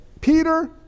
Peter